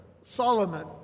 Solomon